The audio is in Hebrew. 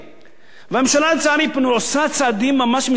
והממשלה, לצערי, עושה צעדים ממש מזעזעים.